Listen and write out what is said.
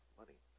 money